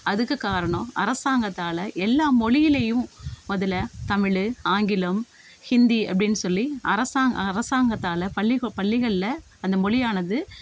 அதுக்கு காரணம் அரசாங்கத்தால் எல்லா மொழியிலையும் முதல்ல தமிழ் ஆங்கிலம் ஹிந்தி அப்படின் சொல்லி அரசாங் அரசாங்கத்தால் பள்ளி பள்ளிகளில் அந்த மொழியானது